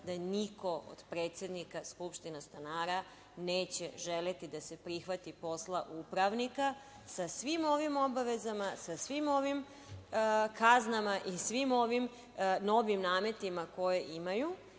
da niko od predsednika skupštine stanara neće želeti da se prihvati posla upravnika, sa svim ovim obavezama, sa svim ovim kaznama i svim ovim novim nametima koje imaju.